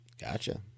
Gotcha